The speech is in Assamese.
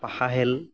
পাশা খেল